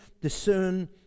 discern